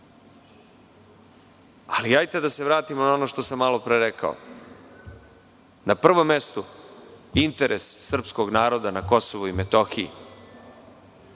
ali hajde da se vratimo na ono što sam ja malopre rekao. Na prvom mestu interes srpskog naroda na Kosovu i Metohiji